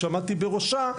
שעמדתי בראשה,